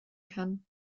kann